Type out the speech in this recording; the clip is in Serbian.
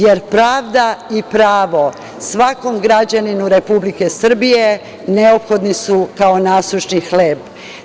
Jer, pravda i pravo svakom građaninu Republike Srbije su neophodni kao nasušni hleb.